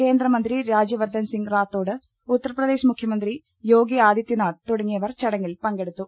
കേന്ദ്രമന്ത്രി രാജ്യവർദ്ധൻസിംഗ് റാത്തോഡ് ഉത്തർപ്രദേശ് മുഖ്യമന്ത്രി യോഗി ആദിത്യനാഥ് തുടങ്ങിയവർ ചടങ്ങിൽ പങ്കെടുത്തു